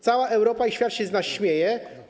Cała Europa i świat się z nas śmieją.